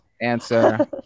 answer